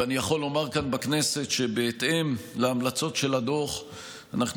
ואני יכול לומר כאן בכנסת שבהתאם להמלצות של הדוח אנחנו